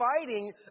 fighting